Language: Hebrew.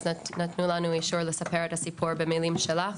אז נתנו לנו אישור לספר את הסיפור בקצרה במילים שלה,